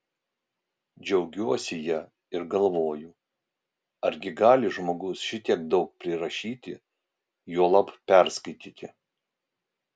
džiaugiuosi ja ir galvoju argi gali žmogus šitiek daug prirašyti juolab perskaityti